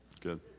Good